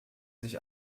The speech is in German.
sich